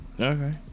Okay